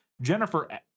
Jennifer